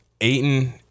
Aiden